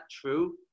true